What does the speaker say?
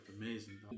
Amazing